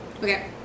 Okay